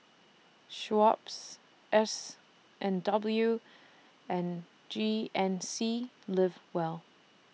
Schweppes S and W and G N C Live Well